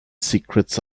secrets